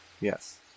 Yes